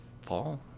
fall